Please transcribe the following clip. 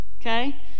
okay